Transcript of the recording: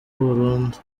burundu